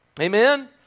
amen